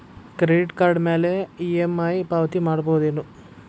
Credit card ಮ್ಯಾಲೆ EMI ಪಾವತಿ ಮಾಡ್ಬಹುದೇನು?